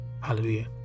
hallelujah